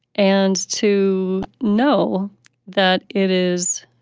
and to know that it is